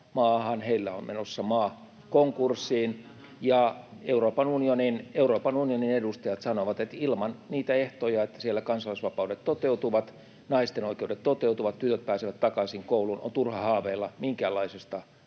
Heillä on menossa maa konkurssiin, ja Euroopan unionin edustajat sanoivat, että ilman niitä ehtoja, että siellä kansalaisvapaudet toteutuvat, naisten oikeudet toteutuvat, tytöt pääsevät takaisin kouluun, on turha haaveilla minkäänlaisesta tuesta.